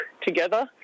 together